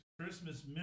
Christmas